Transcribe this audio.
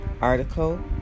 article